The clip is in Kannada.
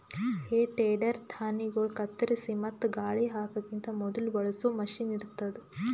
ಹೇ ಟೆಡರ್ ಧಾಣ್ಣಿಗೊಳ್ ಕತ್ತರಿಸಿ ಮತ್ತ ಗಾಳಿ ಹಾಕಕಿಂತ ಮೊದುಲ ಬಳಸೋ ಮಷೀನ್ ಇರ್ತದ್